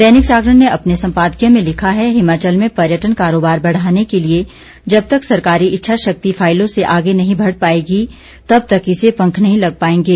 दैनिक जागरण ने अपने सम्पादकीय में लिखा है हिमाचल में पर्यटन कारोबार बढ़ाने के लिये जब तक सरकारी इच्छा शक्ति फाइलों से आगे नहीं बढ़ पाएगी तब तक इसे पंख नहीं लग पाएंगे